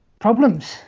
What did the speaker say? problems